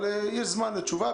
אבל יש זמן לתשובה,